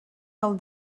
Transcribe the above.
del